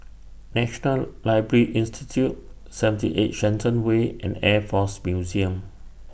National Library Institute seventy eight Shenton Way and Air Force Museum